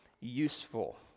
useful